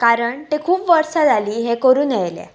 कारण तें खूब वर्सां जाली हें करून येयल्या